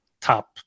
top